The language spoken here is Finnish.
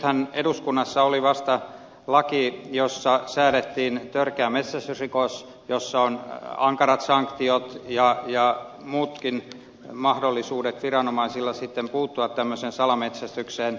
nythän eduskunnassa oli vasta laki jossa säädettiin törkeä metsästysrikos jossa on ankarat sanktiot ja muutkin mahdollisuudet viranomaisilla puuttua tämmöiseen salametsästykseen